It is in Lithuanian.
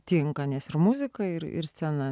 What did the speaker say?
tinka nes ir muzika ir ir scena